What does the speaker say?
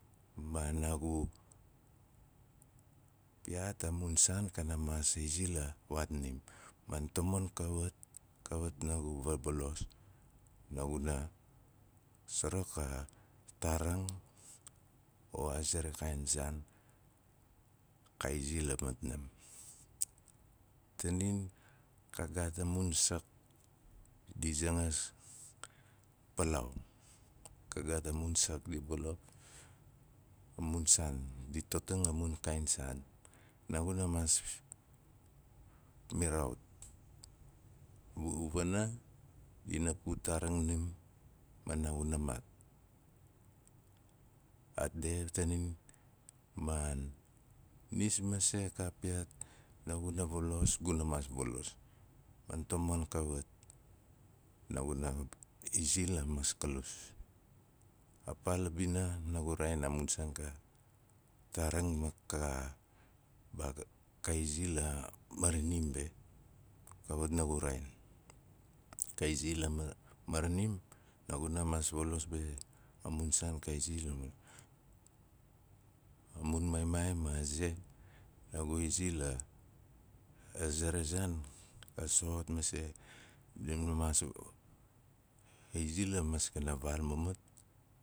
Ma naagu, piyaat a mun saan kana maas izi la waatnim man tamon kawat naagu vabalos naguna suruk a taaraang a ze ra kaain saan ka izi la matnim. Tanin ka gaat a mun sak di zangas palaau. Ka gaat a mun kaain saan. Naaguna maas miraaut. U- u- wana, dina put taarang nim ma naaguna maat man nis masei a piyaat naaguna valos naaguna maas falos, mon kawit naaguna izi la maskalus. A paa la bina naagu raain a mun saan ka- taaring ka ka izi la ma maranim, naaguna maas valos be a mun saan ka izi la- a mun ma maai ma a ze naaguna izi la- ze ra zaan, ga so of masei dina maas aizi la maskana vaal munwt